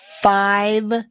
five